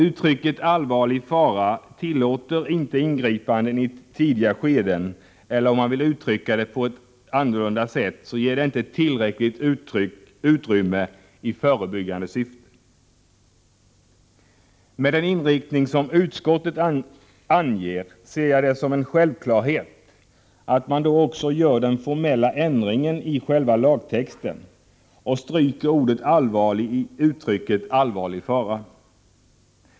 Uttrycket ”allvarlig fara” tillåter inte ingripande i tidiga skeden — eller, om man vill uttrycka det på ett annorlunda sätt: det ger inte tillräckligt utrymme för ingripande i förebyggande syfte. Med den inriktning som utskottet anger ser jag det som en självklarhet att man också gör den formella ändringen i själva lagtexten och stryker ordet ”allvarlig” i uttrycket ”allvarlig fara”.